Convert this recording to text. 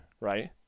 right